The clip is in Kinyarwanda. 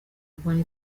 kurwanya